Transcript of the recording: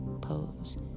pose